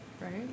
right